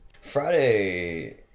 Friday